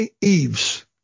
Eves